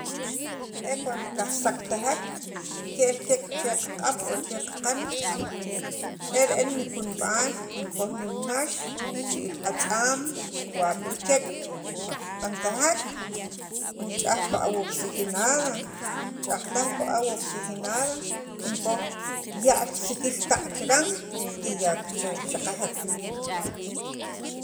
e cuando kaj saktajek ke'el kiik' che qaq'ab' o cha qaqan e re'en nikunb'al kin kon nimnax richi'iil atz'aam kiwab' li keek' va kib'antaji kinch'aj pi awa oxigenada ch'ajtaj pi awa oxijgenada kinkoj ya'l sikilta' chiran y ya kichaqajek.